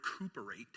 recuperate